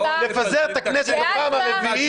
לפזר את הכנסת בפעם הרביעית --- ואז מה?